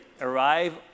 arrive